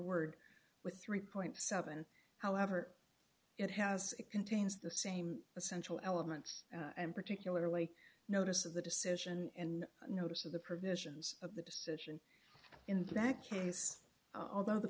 word with three dollars however it has it contains the same essential elements and particularly notice of the decision and notice of the provisions of the decision in the back case although the